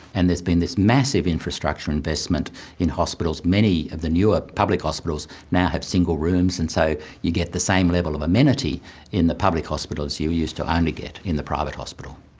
and there's been this massive infrastructure investment in hospitals. many of the newer public hospitals now have single rooms, and so you get the same level of amenity in the public hospital as you used only so and get in the private hospital.